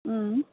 ওম